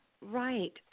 Right